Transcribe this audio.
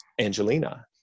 Angelina